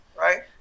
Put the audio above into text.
right